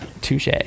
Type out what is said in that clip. Touche